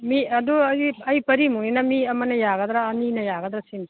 ꯃꯤ ꯑꯗꯨ ꯑꯩꯗꯤ ꯑꯩ ꯄꯔꯤꯃꯨꯛꯅꯤꯅ ꯃꯤ ꯑꯃꯅ ꯌꯥꯔꯗ꯭ꯔ ꯑꯅꯤꯅ ꯌꯥꯒꯗ꯭ꯔ ꯁꯤꯅꯤ